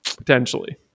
potentially